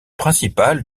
principal